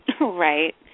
Right